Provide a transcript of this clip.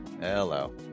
Hello